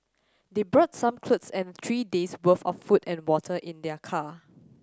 they brought some clothes and three days' worth of food and water in their car